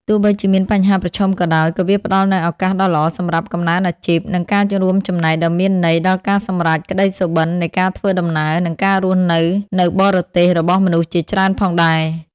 ទោះបីជាមានបញ្ហាប្រឈមក៏ដោយ ក៏វាផ្តល់នូវឱកាសដ៏ល្អសម្រាប់កំណើនអាជីព និងការរួមចំណែកដ៏មានន័យដល់ការសម្រេចក្តីសុបិននៃការធ្វើដំណើរ និងការរស់នៅនៅបរទេសរបស់មនុស្សជាច្រើនផងដែរ។